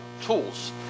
tools